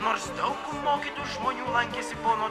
nors daug mokytų žmonių lankėsi pono